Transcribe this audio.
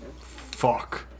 Fuck